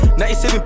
97